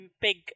big